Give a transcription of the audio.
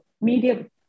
medium